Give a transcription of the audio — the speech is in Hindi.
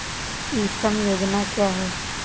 ई श्रम योजना क्या है?